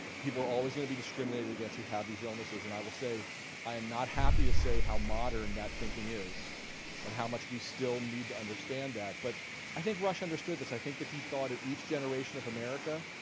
people are always gonna be discriminated against who have these illnesses and i will say i am not happy to say how modern that thinking is and how much we still need to understand that. but i think rush understood this. i think that he thought at each generation of america,